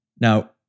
Now